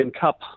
Cup